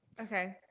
Okay